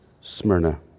Smyrna